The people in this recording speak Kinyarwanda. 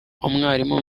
umwarimu